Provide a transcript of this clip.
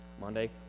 Monday